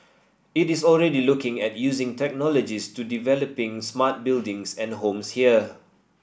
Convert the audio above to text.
it is already looking at using technologies to developing smart buildings and homes here